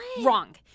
Wrong